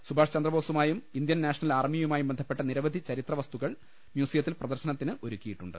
സുഭാഷ് ചന്ദ്രബോസുമായും Indian national ആർമിയുമായും ബന്ധപ്പെട്ട നിരവധി ചരിത്ര വസ്തുക്കൾ മ്യൂസി യത്തിൽ പ്രദർശനത്തിന് ഒരുക്കിയിട്ടുണ്ട്